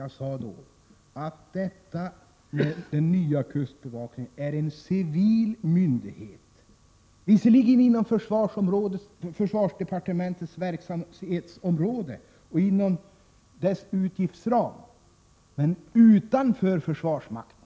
Jag sade då att den nya kustbevakningen är en civil myndighet, visserligen inom försvarsdepartementets verksamhetsområde och inom dess utgiftsram, men utanför försvarsmakten.